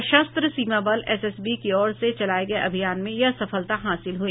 सशस्त्र सीमा बल एसएसबी की ओर से चलाये गये अभियान में यह सफलता हासिल हुई